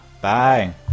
Bye